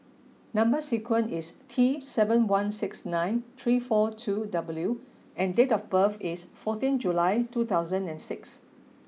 number sequence is T seven one six nine three four two W and date of birth is fourteen July two thousand and six